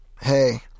hey